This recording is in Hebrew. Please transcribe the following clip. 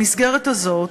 במסגרת הזאת,